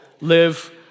live